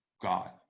God